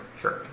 Sure